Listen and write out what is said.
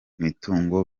mitungo